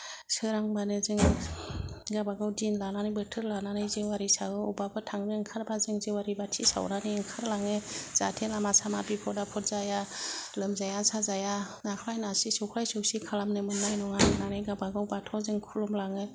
सोरांबानो जों गावबागाव दिन लानानै बोथोर लानानै जेवारि सावो अबावबा थांनो ओंखारबा जों जेवारि बाथि सावनानै ओंखारलाङो जाहाथे लामा सामा बिफद आफद जाया लोमजाया साजाया नाख्लाय नासि सौख्राय सौसि खालामनो मोन्नाय नङा होन्नानै गावबा गाव बाथौआव जों खुलुमलाङो